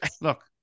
look